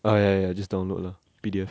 ah ya ya just download lor P_D_F